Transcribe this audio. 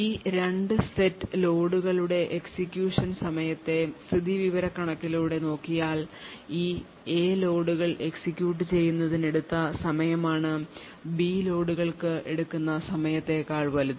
ഈ 2 സെറ്റ് ലോഡുകളുടെ എക്സിക്യൂഷൻ സമയത്തെ സ്ഥിതിവിവരക്കണക്കിലൂടെ നോക്കിയാൽ ഈ A ലോഡുകൾ എക്സിക്യൂട്ട് ചെയ്യുന്നതിന് എടുത്ത സമയമാണ് B ലോഡുകൾക്ക് എടുക്കുന്ന സമയത്തേക്കാൾ വലുത്